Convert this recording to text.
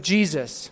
Jesus